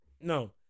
No